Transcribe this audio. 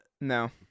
no